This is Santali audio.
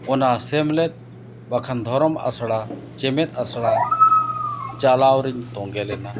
ᱥᱮᱢᱞᱮᱫ ᱵᱟᱠᱷᱟᱱ ᱫᱷᱚᱨᱚᱢ ᱟᱠᱷᱲᱟ ᱪᱮᱢᱮᱫ ᱟᱥᱲᱟ ᱪᱟᱞᱟᱣᱨᱤᱧ ᱛᱳᱸᱜᱮ ᱞᱮᱱᱟ